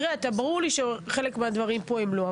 ברור לי שחלק מהדברים פה הם לא,